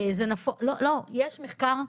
'זה נפוץ', לא, יש מחקר?